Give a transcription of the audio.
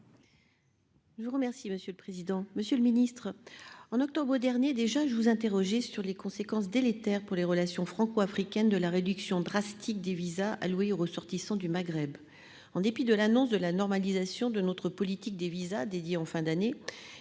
Je vous remercie monsieur le président, Monsieur le Ministre. En octobre dernier, déjà je vous interroger sur les conséquences délétères pour les relations franco-africaines de la réduction drastique des visas Louis ressortissants du Maghreb, en dépit de l'annonce de la normalisation de notre politique des visas Didier en fin d'année.